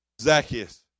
Zacchaeus